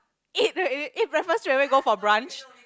eat eat breakfast straight away go for brunch